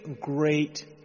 great